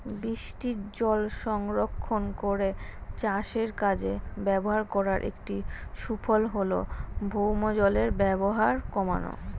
বৃষ্টিজল সংরক্ষণ করে চাষের কাজে ব্যবহার করার একটি সুফল হল ভৌমজলের ব্যবহার কমানো